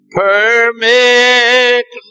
permit